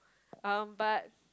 um but